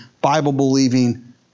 Bible-believing